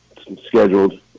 scheduled